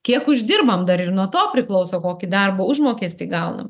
kiek uždirbam dar ir nuo to priklauso kokį darbo užmokestį gaunam